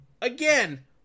again